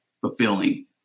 fulfilling